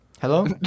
Hello